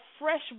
fresh